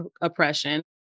oppression